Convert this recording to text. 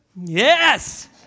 yes